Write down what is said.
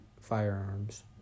firearms